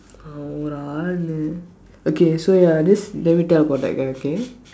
அவன் ஒரு ஆளுனு:avan oru aalunu okay so ya this let me talk about that guy okay